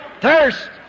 thirst